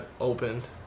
opened